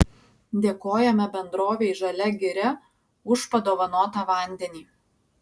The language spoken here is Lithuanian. dėkojame bendrovei žalia giria už padovanotą vandenį